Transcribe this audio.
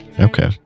okay